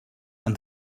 and